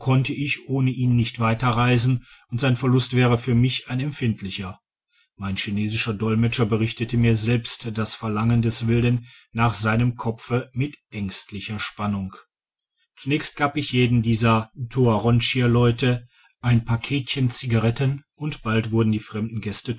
könnte ich ohne ihn nicht weiterreisen und sein verlust wäre für mich ein empfindlicher mein chinesischer dolmetscher berichtete mir selbst das verlangen des wilden nach seinem kopfe mit ängstlicher spannung zunächst gab ich jedem dieser toaronshia leute ein paketchen cigaretten und bald wurden die fremden gäste